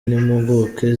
n’impuguke